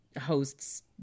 hosts